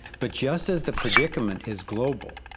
but just as the predicament is global,